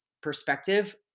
perspective